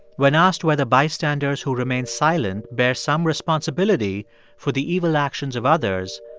when asked whether bystanders who remain silent bear some responsibility for the evil actions of others,